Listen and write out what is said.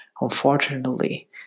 Unfortunately